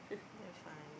damn funny